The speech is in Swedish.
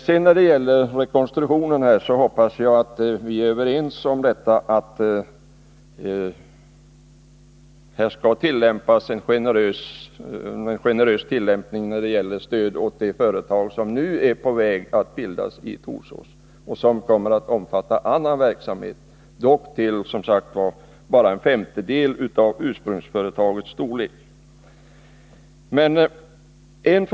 Beträffande rekonstruktionen hoppas jag att vi är överens om att tillämpningen skall vara generös när det gäller stöd åt det företag som nu är på väg att bildas i Torsås och som kommer att omfatta annan verksamhet. Dock kommer, som sagt, bara en femtedel av ursprungsföretagets anställda i fråga för denna verksamhet.